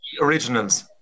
originals